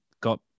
got